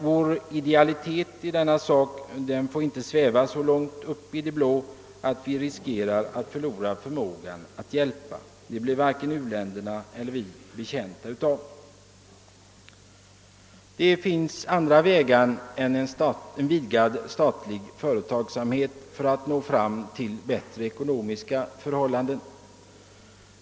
Vår idealitet i denna sak får inte sväva så långt upp i det blå att vi riskerar att förlora förmågan att hjälpa — det vore varken u-länderna eller vi betjänta av. Och det finns andra medel än en vidgad statlig företagsamhet för att nå fram till bättre ekonomiska förhållanden.